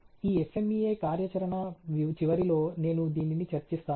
ఈ FMEA కార్యాచరణ చివరిలో నేను దీనిని చర్చిస్తాను